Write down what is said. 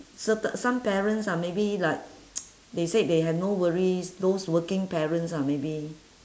certain some parents ah maybe like they said they have no worries those working parents ah maybe